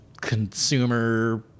consumer